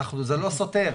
זה לא סותר,